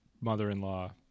mother-in-law